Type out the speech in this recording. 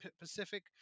Pacific